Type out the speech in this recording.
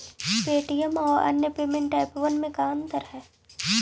Paytm आउ अन्य payment एपबन में का अंतर हई?